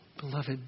beloved